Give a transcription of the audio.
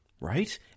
Right